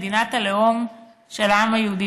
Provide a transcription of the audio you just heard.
מדינת הלאום של העם היהודי.